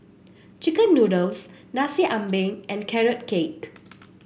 chicken noodles Nasi Ambeng and Carrot Cake